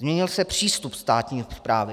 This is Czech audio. Změnil se přístup státní správy.